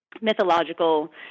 mythological